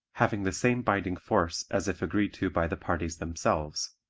having the same binding force as if agreed to by the parties themselves.